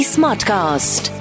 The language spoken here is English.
Smartcast